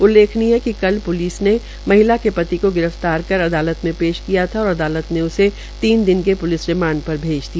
उल्लेखनीय है कि कल प्लिस ने महिला के पति को गिरफ्तार कर अदालत में पेश किया था और अदालत ने उसे तीन दिन के प्लिस रिमांड पर भेज दिया